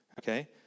Okay